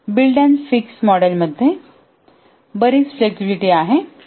तर बिल्ड आणि फिक्स मॉडेलमध्ये बरीच फ्लेक्सिबिलिटी आहे